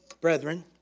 brethren